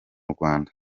rwanda